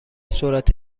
سرعت